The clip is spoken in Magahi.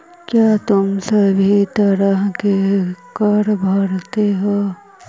क्या तुम सभी तरह के कर भरते हो?